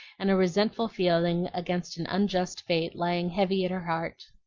and a resentful feeling against an unjust fate lying heavy at her heart.